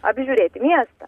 apžiūrėti miestą